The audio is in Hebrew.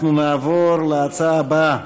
אנחנו נעבור להצעה הבאה: